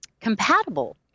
compatible